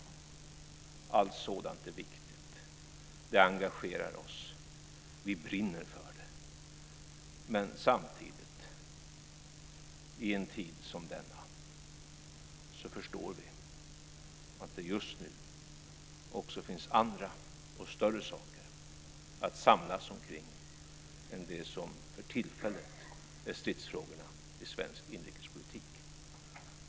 Allt sådant är viktigt. Det engagerar oss. Vi brinner för det. Men samtidigt, i en tid som denna, förstår vi att det just nu också finns andra och större saker att samlas omkring än det som för tillfället är stridsfrågorna i svensk inrikespolitik.